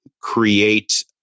create